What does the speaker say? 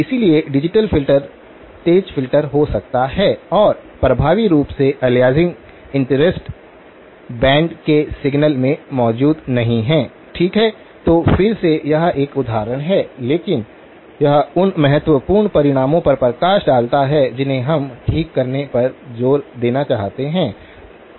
इसलिए digital filter तेज filter हो सकता है और प्रभावी रूप से अलियासिंग इंटरेस्ट बैंड के सिग्नलमें मौजूद नहीं है ठीक है तो फिर से यह एक उदाहरण है लेकिन यह उन महत्वपूर्ण परिणामों पर प्रकाश डालता है जिन्हें हम ठीक करने पर जोर देना चाहते हैं